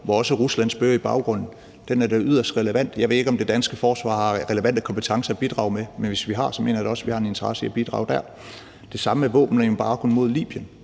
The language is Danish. hvor også Rusland spøger i baggrunden, er yderst relevant. Jeg ved ikke, om det danske forsvar har relevante kompetencer at bidrage med, men hvis vi har, mener jeg da også, at vi har en interesse i at bidrage der. Det samme gælder våbenembargoen mod Libyen.